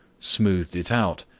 smoothed it out,